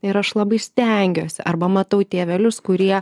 ir aš labai stengiuos arba matau tėvelius kurie